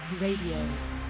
Radio